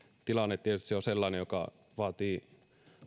tilanne tietysti on sellainen joka vaatii